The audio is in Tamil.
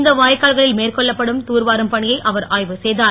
இந்த வாய்க்கால்களில் மேற்கொள்ளப்படும் தூர்வாரும் பணியை அவர் ஆய்வு செய்தார்